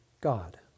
God